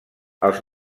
els